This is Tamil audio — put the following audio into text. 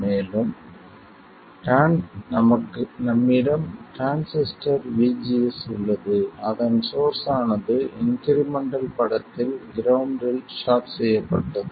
மேலும் நம்மிடம் டிரான்சிஸ்டர் VGS உள்ளது அதன் சோர்ஸ் ஆனது இன்க்ரிமெண்டல் படத்தில் கிரவுண்ட்டில் ஷார்ட் செய்யப்பட்டது